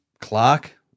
Clark